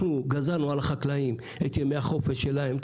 אנחנו גזרנו על החקלאים את ימי החופש שלהם,